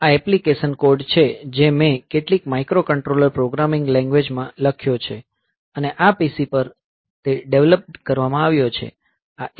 આ application code છે જે મેં કેટલીક માઇક્રોકન્ટ્રોલર પ્રોગ્રામિંગ લેંગવેજ માં લખ્યો છે અને આ PC પર તે ડેવલપ કરવામાં આવ્યો છે